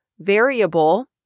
variable